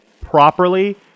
properly